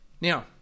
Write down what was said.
Now